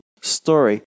story